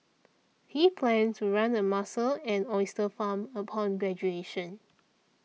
he planned to run a mussel and oyster farm upon graduation